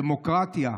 דמוקרטיה?